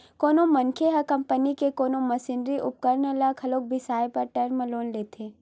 कोनो मनखे ह कंपनी के कोनो मसीनी उपकरन ल घलो बिसाए बर टर्म लोन लेथे